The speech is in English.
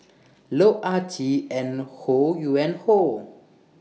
Loh Ah Chee and Ho Yuen Hoe